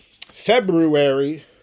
February